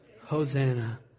Hosanna